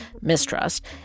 mistrust